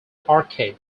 arcade